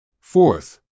Fourth